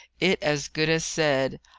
it as good as said,